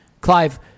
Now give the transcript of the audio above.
Clive